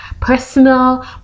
personal